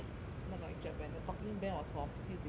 no not lecture band the talking band was for fifty to sixty though